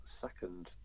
second